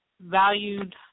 valued